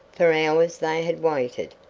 for hours they had waited,